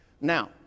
Now